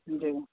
जी